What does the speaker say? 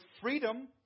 freedom